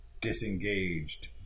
disengaged